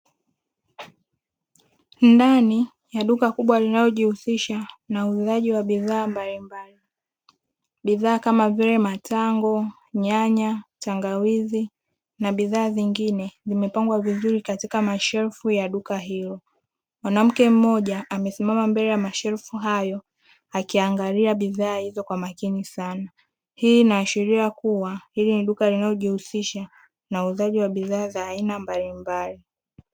Ndani ya duka kubwa linalojihusisha na uuzaji wa bidhaa mbalimbali bidhaa kama vile matango, nyanya, tangawizi na bidhaa zingine zimepangwa vizuri katika mashelfu ya duka hilo. Mwanamke mmoja amesimama mbele ya mashelfu hayo akiangalia bidhaa hizo kwa makini sana, hii inaashiria kuwa hili ni duka linalojihusisha na uuzaji wa bidhaa za aina mbalimbali.